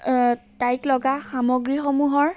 তাইক লগা সামগ্ৰীসমূহৰ